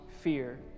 fear